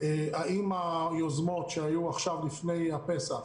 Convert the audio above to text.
האם היוזמות שהיו עכשיו לפני הפסח,